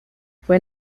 fue